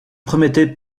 promettait